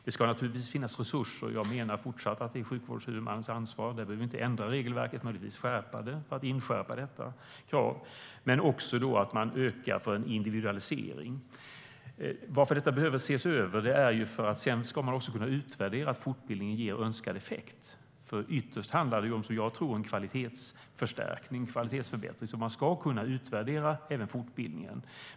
Det ska naturligtvis finnas resurser. Jag menar fortsatt att det är sjukvårdshuvudmannens ansvar. Vi behöver inte ändra regelverket, möjligtvis skärpa det när det gäller detta krav. Man ökar också individualiseringen. Detta behöver ses över, för sedan ska man också kunna utvärdera att fortbildningen ger önskad effekt. Ytterst handlar det ju om en kvalitetsförstärkning och en kvalitetsförbättring. Man ska kunna utvärdera även fortbildningen.